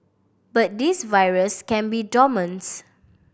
but this virus can be dormants